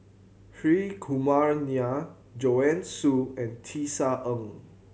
Hri Kumar Nair Joanne Soo and Tisa Ng